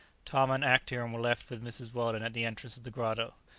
tom and actaeon were left with mrs. weldon at the entrance of the grotto.